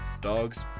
dogs